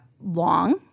long